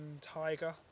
Tiger